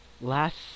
Last